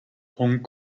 hong